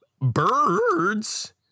Birds